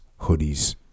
hoodies